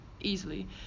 easily